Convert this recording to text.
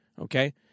Okay